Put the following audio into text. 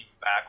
back